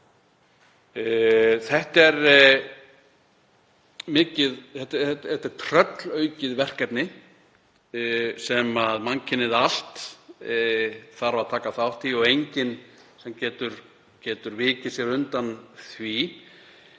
Þetta er tröllaukið verkefni sem mannkynið allt þarf að taka þátt í og enginn getur vikið sér undan því,